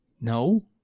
No